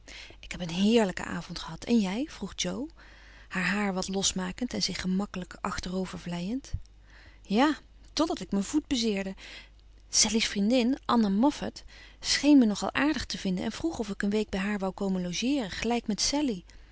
ik heb een heerlijken avond gehad en jij vroeg jo haar haar wat losmakend en zich gemakkelijk achterover vleiend ja totdat ik mijn voet bezeerde sallie's vriendin anna moffat scheen me nogal aardig te vinden en vroeg of ik een week bij haar wou komen logeeren gelijk met sallie